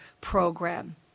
program